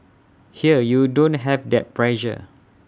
here you don't have that pressure